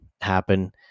happen